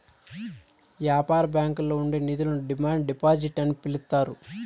యాపార బ్యాంకుల్లో ఉండే నిధులను డిమాండ్ డిపాజిట్ అని పిలుత్తారు